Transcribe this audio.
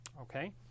Okay